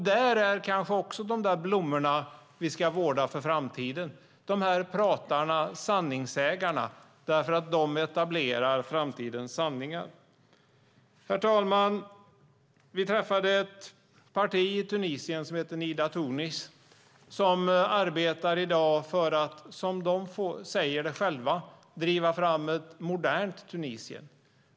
Där finns kanske också de blommor som vi ska vårda för framtiden - pratarna och sanningssägarna. De etablerar framtidens sanningar. Herr talman! Vi träffade ett parti i Tunisien som heter Nida Tunis. De arbetar i dag för att, som de säger själva, driva fram ett modernt Tunisien.